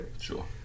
sure